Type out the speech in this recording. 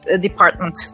department